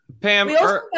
pam